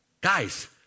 Guys